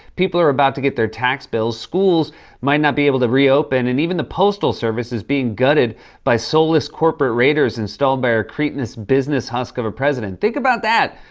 people are about to get their tax bills. schools might not be able to reopen and even the postal service is being gutted by soulless corporate radars installed by our cretinous business husk of a president. think about that!